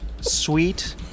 sweet